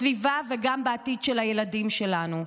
בסביבה וגם בעתיד של הילדים שלנו.